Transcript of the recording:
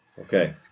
Okay